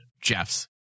Jeff's